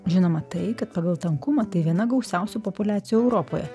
žinoma tai kad pagal tankumą tai viena gausiausių populiacijų europoje